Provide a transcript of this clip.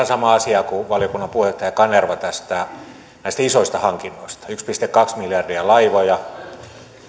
samaa asiaa kuin valiokunnan puheenjohtaja kanerva näistä isoista hankinnoista yksi pilkku kaksi miljardia laivoihin